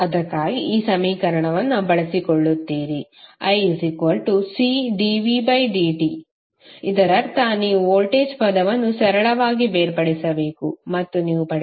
ಅದಕ್ಕಾಗಿ ಈ ಸಮೀಕರಣವನ್ನು ಬಳಸಿಕೊಳ್ಳುತ್ತೀರಿ iCdvdt ಇದರರ್ಥ ನೀವು ವೋಲ್ಟೇಜ್ ಪದವನ್ನು ಸರಳವಾಗಿ ಬೇರ್ಪಡಿಸಬೇಕು ಮತ್ತು ನೀವು ಪಡೆಯುತ್ತೀರಿ